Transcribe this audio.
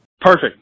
perfect